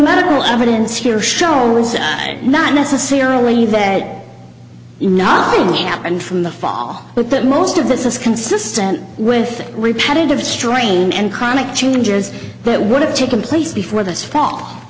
medical evidence here show was not necessarily that nothing happened from the fall but that most of this is consistent with repetitive strain and chronic jr has that would have taken place before this fall